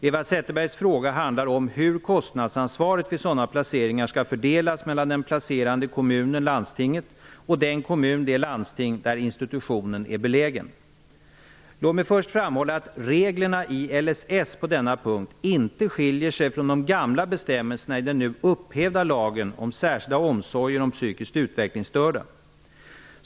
Eva Zetterbergs fråga handlar om hur kostnadsansvaret vid sådana placeringar skall fördelas mellan den placerande kommunen eller landstinget och den kommun eller det landsting där institutionen är belägen. Låt mig först framhålla att reglerna i LSS på denna punkt inte skiljer sig från de gamla bestämmelserna i den nu upphävda lagen om särskilda omsorger om psykiskt utvecklingsstörda.